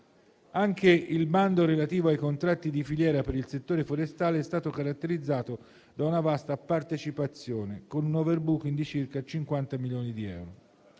Anche il bando relativo ai contratti di filiera per il settore forestale è stato caratterizzato da una vasta partecipazione, con un *overbooking* di circa 50 milioni di euro.